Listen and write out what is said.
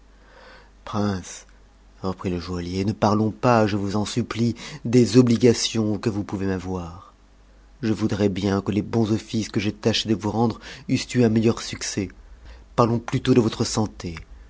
reprit le joaillier ne parlons pas je vous en supplie des obligations que vous pouvez m'avoir je voudrais bien que les bons offices que j'ai tâché de vous rendre eussent eu un meilleur succès parlons plutôt de votre santé